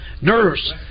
nurse